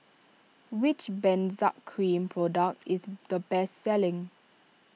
which Benzac Cream product is the best selling